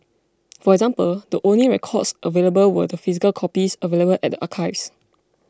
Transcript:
for example the only records available were the physical copies available at archives